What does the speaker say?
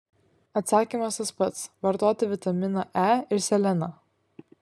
atsakymas tas pats vartoti vitaminą e ir seleną